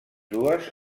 dues